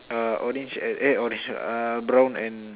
uh orange and eh orange ah uh brown and